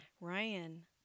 Ryan